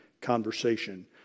conversation